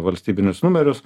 valstybinius numerius